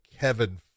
Kevin